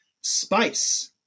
space